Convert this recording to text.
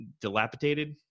dilapidated –